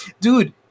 Dude